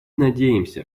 надеемся